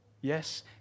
Yes